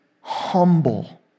humble